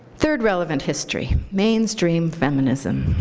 third relevant history. mainstream feminism.